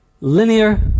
linear